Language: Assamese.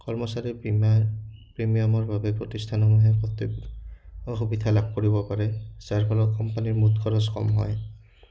কৰ্মচাৰীৰ বীমা প্ৰিমিয়ামৰ বাবে প্ৰতিষ্ঠান সমূহে অসুবিধা লাভ কৰিব পাৰে যাৰ ফলত কোম্পানীৰ মুঠ খৰচ কম হয়